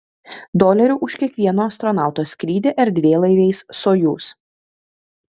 dolerių už kiekvieno astronauto skrydį erdvėlaiviais sojuz